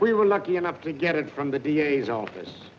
we were lucky enough to get it from the d a s office